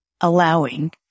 allowing